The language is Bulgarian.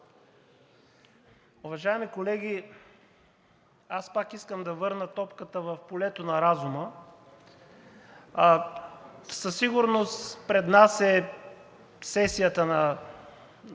Уважаеми колеги, пак искам да върна топката в полето на разума. Със сигурност пред нас е сесията.